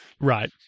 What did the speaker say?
Right